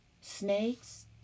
Snakes